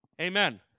Amen